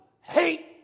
hate